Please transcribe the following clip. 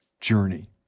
journey